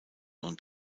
und